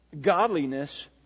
godliness